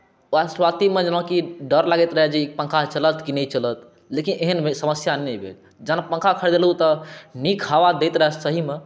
वएह शुरुआतीमे डर लागैत रहै जे ई पँखा चलत कि नहि चलत लेकिन एहन समस्या नहि भेल जहन पँखा खरिदलहुँ तऽ नीक हवा दैत रहै सहीमे